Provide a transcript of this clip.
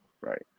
Right